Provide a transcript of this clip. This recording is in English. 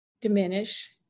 diminish